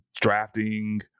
drafting